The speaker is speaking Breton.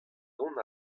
dont